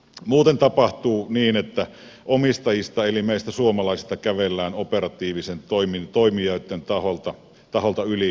muuten tapahtuu niin että omistajista eli meistä suomalaisista kävellään operatiivisten toimijoitten taholta yli mennen tullen